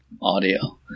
audio